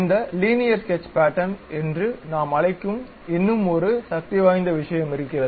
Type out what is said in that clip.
இந்த linear sketch pattern என்று நாம் அழைக்கும் இன்னும் ஒரு சக்திவாய்ந்த விஷயம் இருக்கிறது